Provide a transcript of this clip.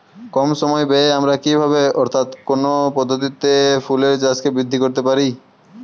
কম সময় ব্যায়ে আমরা কি ভাবে অর্থাৎ কোন পদ্ধতিতে ফুলের চাষকে বৃদ্ধি করতে পারি?